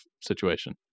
situation